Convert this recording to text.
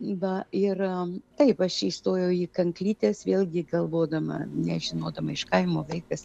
va ir taip aš įstojau į kanklytes vėlgi galvodama nežinodama iš kaimo vaikas